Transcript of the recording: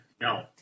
No